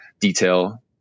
detail